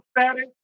status